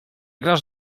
grasz